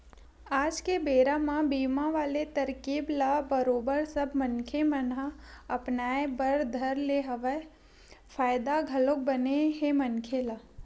आज के बेरा म बीमा वाले तरकीब ल बरोबर सब मनखे मन ह अपनाय बर धर ले हवय फायदा घलोक बने हे मनखे ल